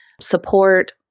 support